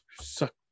Suck